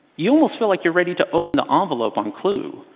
you almost feel like you're ready to open the um envelope on clue,